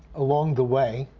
along the way,